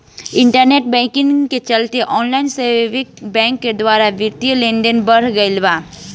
internet banking के चलते online saving bank के द्वारा बित्तीय लेनदेन बढ़ गईल बा